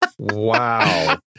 Wow